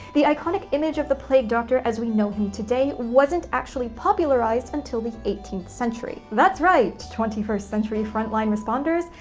the iconic image of the plague doctor as we know him today, wasn't actually popularized until the eighteenth century. that's right, twenty first century front-line responders,